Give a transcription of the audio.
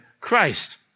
Christ